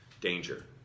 Danger